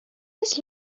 this